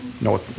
no